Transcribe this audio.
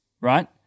right